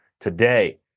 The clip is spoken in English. today